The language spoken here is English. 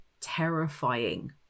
terrifying